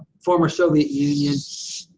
former soviet union,